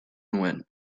nuen